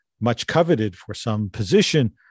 much-coveted-for-some-position